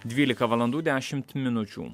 dvylika valandų dešimt minučių